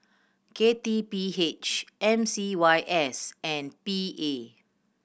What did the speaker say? K T P H M C Y S and P A